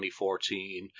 2014